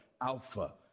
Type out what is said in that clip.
Alpha